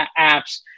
apps